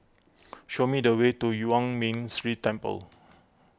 show me the way to Yuan Ming Si Temple